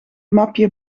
mapje